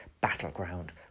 battleground